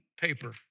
paper